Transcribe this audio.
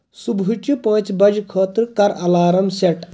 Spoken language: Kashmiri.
صبحٲچہ پانٛژِ بجہِ خٲطرٕ کر الارم سیٹ